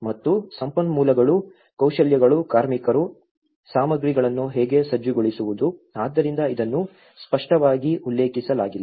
ಮತ್ತು ಸಂಪನ್ಮೂಲಗಳು ಕೌಶಲ್ಯಗಳು ಕಾರ್ಮಿಕರು ಸಾಮಗ್ರಿಗಳನ್ನು ಹೇಗೆ ಸಜ್ಜುಗೊಳಿಸುವುದು ಆದ್ದರಿಂದ ಇದನ್ನು ಸ್ಪಷ್ಟವಾಗಿ ಉಲ್ಲೇಖಿಸಲಾಗಿಲ್ಲ